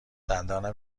دندانم